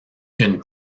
une